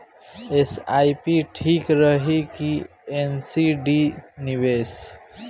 SIP ठीक रही कि एन.सी.डी निवेश?